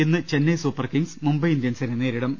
ഇന്ന് Chennai super kings Mumbai ഇന്ത്യൻസിനെ നേരി ടും